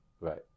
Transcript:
Right